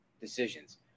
decisions